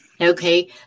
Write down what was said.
Okay